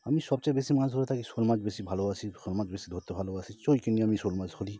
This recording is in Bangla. আমি সবচেয়ে বেশি মাছ ধরে থাকি শোল মাছ বেশি ভালোবাসি শোল মাছ বেশি ধরতে ভালোবাসি সেই জন্যে আমি শোল মাছ ধরি